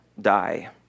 die